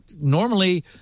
normally